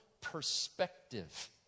perspective